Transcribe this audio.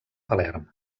palerm